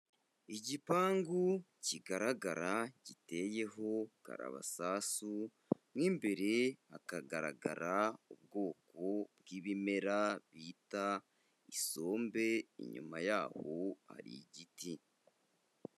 Igipangu kigaragara giteyeho karabasasu, mo imbere hakagaragara ubwoko bw'bimera bita isombe, inyuma yaho ari igiti.